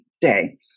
day